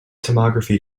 tomography